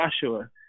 Joshua